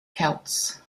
celts